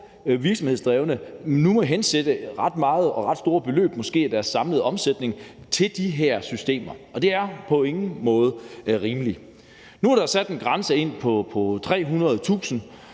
virksomhedsdrivende måske nu må hensætte ret meget, ret store beløb, af deres samlede omsætning til de her systemer. Og det er på ingen måde rimeligt. Nu er der sat en grænse ind på 300.000